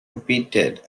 repeated